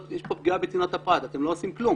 יש כאן פגיעה בצנעת הפרט ואתם לא עושים כלום.